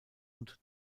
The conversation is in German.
und